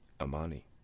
Amani